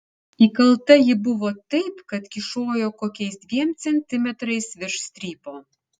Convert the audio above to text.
įkalta ji buvo taip kad kyšojo kokiais dviem centimetrais virš strypo